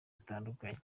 zitandukanye